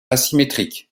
asymétriques